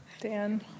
Dan